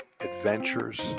adventures